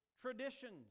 traditions